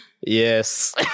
yes